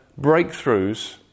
breakthroughs